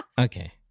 okay